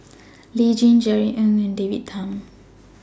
Lee Tjin Jerry Ng and David Tham